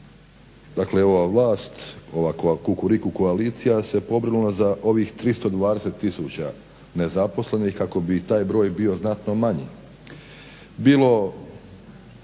dakle ova vlast ova Kukuriku koalicija se pobrinula za ovih 320 tisuća nezaposlenih kako bi i taj broj bio znatno manji, bilo